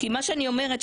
כי מה שאני אומרת,